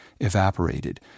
evaporated